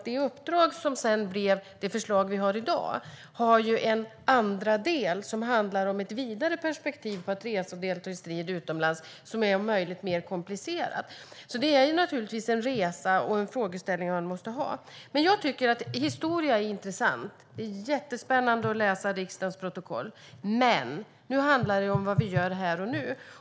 Det uppdrag som sedan blev det förslag som vi har i dag har en andra del som handlar om ett vidare perspektiv på resor för att delta i strid utomlands som är om möjligt mer komplicerat. Det är en frågeställning som man måste se på. Jag tycker att historia är intressant och att det är jättespännande att läsa riksdagens protokoll. Men nu handlar det om vad vi gör här och nu!